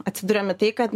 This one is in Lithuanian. atsiduriam į tai kad